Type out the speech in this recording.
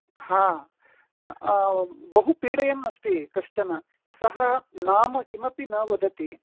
हा बहु पीडयन्नस्ति कश्चन सः नाम किमपि न वदति